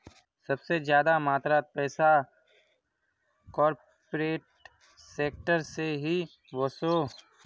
सबसे ज्यादा मात्रात पैसा कॉर्पोरेट सेक्टर से ही वोसोह